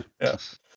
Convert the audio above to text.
Yes